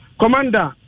commander